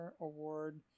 Award